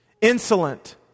Insolent